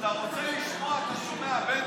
אתה שומע הכול.